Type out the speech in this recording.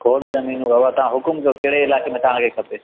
खोड़ ज़मीनूं बाबा तव्हां हुकुमु कयो तव्हांखे कहिड़े इलाइक़े में तव्हांखे खपे